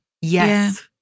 Yes